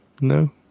no